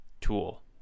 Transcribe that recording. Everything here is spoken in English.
Tool